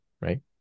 right